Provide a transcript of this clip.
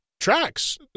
Tracks